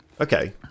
Okay